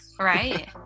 Right